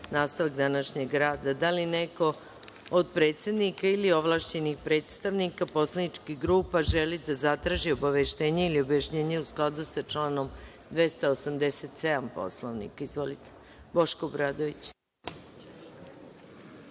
nastavak današnjeg rada. Da li neko od predsednika ili ovlašćenih predstavnika poslaničkih grupa želi da zatraži obaveštenje ili objašnjenje u skladu sa članom 287. Poslovnika? Boško Obradović.